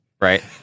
right